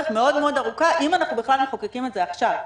מאוד-מאוד ארוכה אם אנחנו בכלל מחוקקים את זה עכשיו.